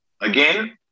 Again